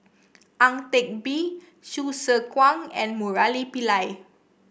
Ang Teck Bee Hsu Tse Kwang and Murali Pillai